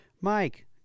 Mike